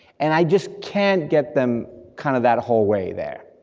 and i just can't get them kind of that whole way there.